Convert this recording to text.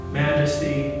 majesty